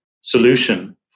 solution